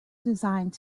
designed